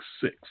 six